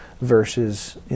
versus